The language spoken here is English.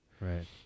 Right